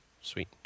Sweet